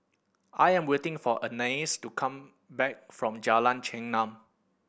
I am waiting for Anais to come back from Jalan Chengam